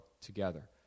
together